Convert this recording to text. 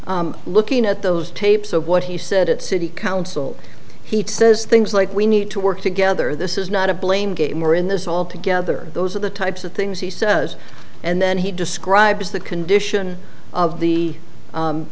public looking at those tapes of what he said at city council he says things like we need to work together this is not a blame game or in this all together those are the types of things he says and then he describes the condition of the